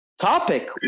topic